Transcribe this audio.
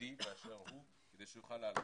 יהודי באשר הוא כדי שהוא יוכל לעלות.